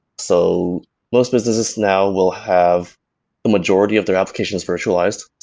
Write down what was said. so most businesses now will have a majority of their applications virtualized.